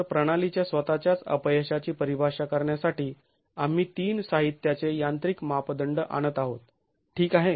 तर प्रणालीच्या स्वतःच्याच अपयशाची परिभाषा करण्यासाठी आम्ही तीन साहित्याचे यांत्रिक मापदंड आणत आहोत ठीक आहे